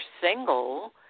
single